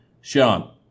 Sean